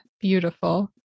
beautiful